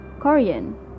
Korean